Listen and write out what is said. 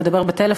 הוא מדבר בטלפון.